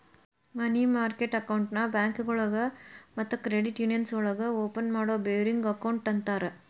ಮನಿ market ಅಕೌಂಟ್ನ ಬ್ಯಾಂಕೋಳಗ ಮತ್ತ ಕ್ರೆಡಿಟ್ ಯೂನಿಯನ್ಸ್ ಒಳಗ ಓಪನ್ ಮಾಡೋ ಬೇರಿಂಗ್ ಅಕೌಂಟ್ ಅಂತರ